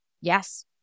Yes